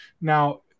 now